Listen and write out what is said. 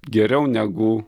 geriau negu